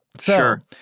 Sure